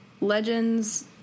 Legends